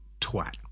twat